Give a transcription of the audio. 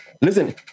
listen